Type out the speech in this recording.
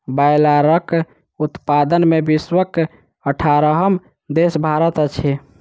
बायलरक उत्पादन मे विश्वक अठारहम देश भारत अछि